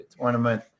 tournament